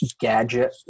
gadget